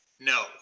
No